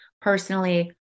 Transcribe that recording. personally